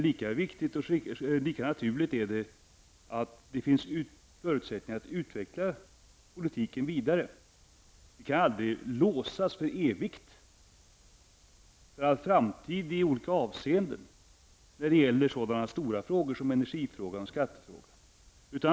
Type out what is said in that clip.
Lika viktigt och lika naturligt är det att det finns förutsättningar att utveckla politiken vidare. Vi kan aldrig låsa oss för evigt och för all framtid i olika avseenden när det gäller så stora frågor som energifrågor och skattefrågor.